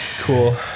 Cool